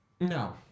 No